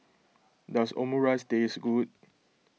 does Omurice taste good